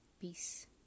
peace